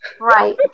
right